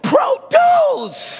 Produce